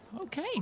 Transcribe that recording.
okay